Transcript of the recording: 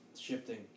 shifting